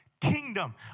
kingdom